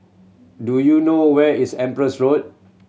do you know where is Empress Road